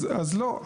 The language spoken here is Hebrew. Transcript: אז לא.